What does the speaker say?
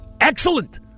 Excellent